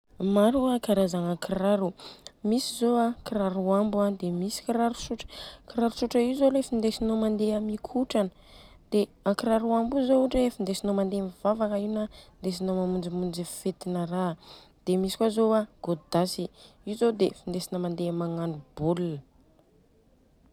Maro a karazagna kiraro: misy zô a kiraro ambo dia misy kiraro tsotra. Kiraro tsotra io zô ilay findesinô mandeha mikotrana. Dia a kiraro ambo zô dia findesinô mandeha mivavaka io na indesinô mamonjimonjy fetina raha. Dia misy kôa zô a gôdasy io zô dia andesina mandeha magnano baolina.